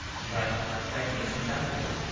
but like these examples,